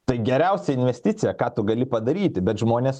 tai geriausia investicija ką tu gali padaryti bet žmonės